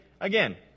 again